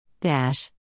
dash